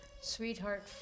sweetheart